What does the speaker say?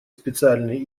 специальные